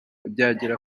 rubyagira